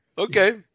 Okay